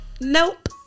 Nope